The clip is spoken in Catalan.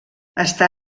està